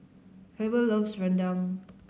Heber loves rendang